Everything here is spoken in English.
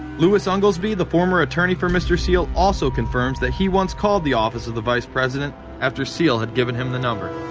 lewis unglesby, the former attorney for mr. seal, also confirms that he once called the office of the vice-president after seal had given him the number.